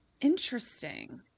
interesting